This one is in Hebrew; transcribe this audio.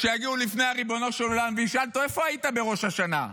כשיגיעו לפני ריבונו של עולם וישאל אותו איפה היית בראש השנה?